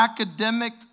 Academic